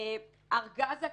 ארגז הכלים,